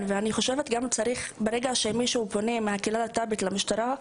אני גם חושבת שברגע שמישהו מהקהילה הלהט״בית פונה למשטרה,